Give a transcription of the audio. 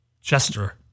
Chester